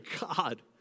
God